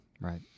Right